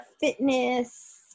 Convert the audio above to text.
fitness